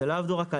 לא עברו רק עליך.